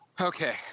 Okay